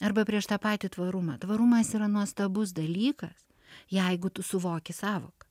arba prieš tą patį tvarumą tvarumas yra nuostabus dalykas jeigu tu suvoki sąvoką